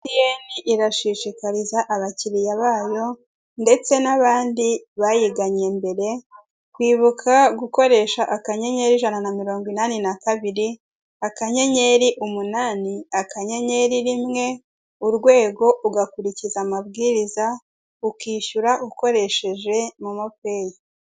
Emutiyeni irashishikariza abakiriya bayo ndetse n'abandi bayigannye mbere kwibuka gukoresha akanyenyeri ijana na mirongo inani na kabiri akanyenyeri umunani akanyenyeri rimwe urwego ugakurikiza amabwiriza ukishyura ukoresheje momopeyi.